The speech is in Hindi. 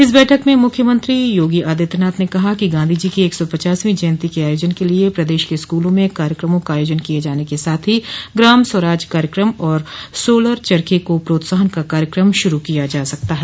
इस बैठक में मुख्यमंत्री योगी आदित्यनाथ ने कहा कि गांधी जी को एक सौ पचासवीं जयन्ती के आयोजन के लिए प्रदेश के स्कूलों में कार्यक्रमों का आयोजन किये जाने के साथ ही ग्राम स्वराज कार्यक्रम और सोलर चर्खे को प्रोत्साहन का कार्यक्रम शुरू किया जा सकता है